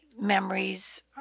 memories